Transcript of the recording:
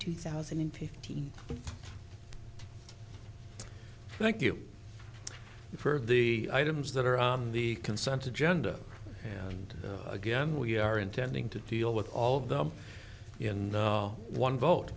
two thousand and fifteen thank you for the items that are on the consent to gender and again we are intending to deal with all of them in one vote